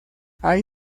hay